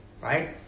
right